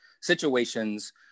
situations